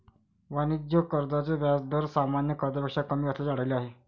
वाणिज्य कर्जाचे व्याज दर सामान्य कर्जापेक्षा कमी असल्याचे आढळले आहे